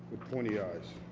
pointy eyes.